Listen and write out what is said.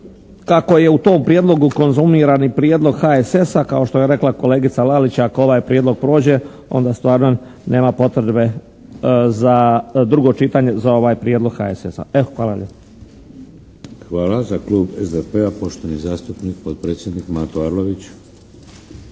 kako je u tom prijedlogu konzumirani prijedlog HSS-a kao što je rekla kolegica Lalić ako ovaj prijedlog prođe, onda stvarno nema potrebe za drugo čitanje za ovaj prijedlog HSS-a. Evo, hvala lijepo. **Šeks, Vladimir (HDZ)** Hvala. Za klub SDP-a, poštovani zastupnik i potpredsjednik Mato Arlović.